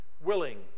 willing